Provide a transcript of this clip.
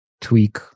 tweak